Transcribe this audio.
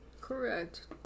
Correct